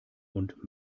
und